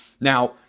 now